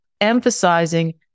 emphasizing